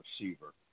receiver